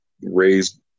raised